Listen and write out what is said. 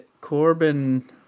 Corbin